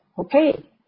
Okay